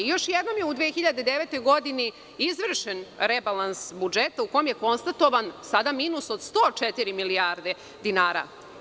Još jednom je u 2009. godini izvršen rebalans budžeta u kome je konstatovan, sada minus od 104 milijarde dinara.